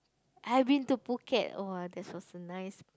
I've been two Phuket !wah! there was a nice